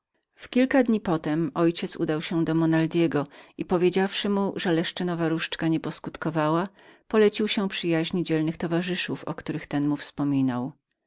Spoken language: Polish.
w kilka dni potem ojciec mój udał się do monaldego i opowiedziawszy mu jak czarodziejska laska mało skutkowała polecił się przyjaźni dzielnych towarzyszów o których ten mu wspominał